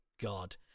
God